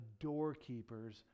doorkeepers